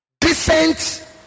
decent